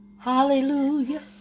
Hallelujah